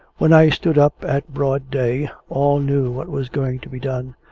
when i stood up at broad day, all knew what was going to be done,